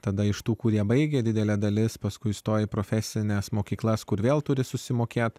tada iš tų kurie baigia didelė dalis paskui stoja į profesines mokyklas kur vėl turi susimokėti